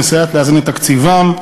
המסייעת לאזן את תקציבם.